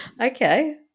okay